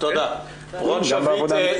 גם בעבודה מקצועית.